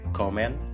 comment